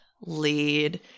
lead